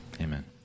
Amen